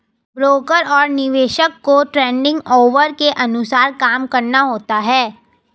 broker और निवेशक को ट्रेडिंग ऑवर के अनुसार काम करना होता है